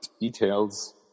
details